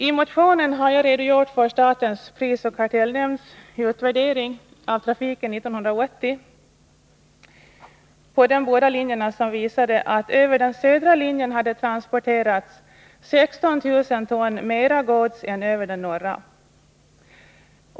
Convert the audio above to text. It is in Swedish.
I motionen har jag redogjort för statens prisoch kartellnämnds utvärdering av trafiken 1980 på de båda linjerna, som visade att det över den södra linjen hade transporterats 16 000 ton mera gods än över den norra.